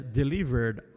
delivered